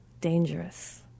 dangerous